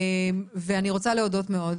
אני רוצה להודות מאוד.